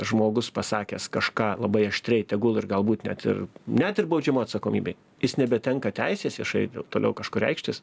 žmogus pasakęs kažką labai aštriai tegul ir galbūt net ir net ir baudžiamoj atsakomybėj jis nebetenka teisės viešai toliau kažkur reikštis